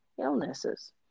illnesses